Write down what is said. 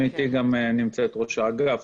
איתי נמצאת גם ראש האגף,